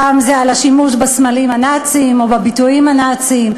פעם זה על השימוש בסמלים הנאציים או בביטויים הנאציים,